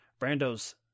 Brando's